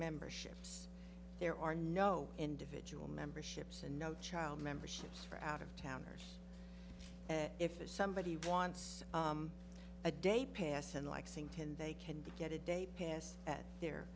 memberships there are no individual memberships and no child memberships for out of towners if somebody wants a day pass in lexington they can get a day pass at their